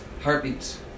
Heartbeats